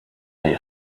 you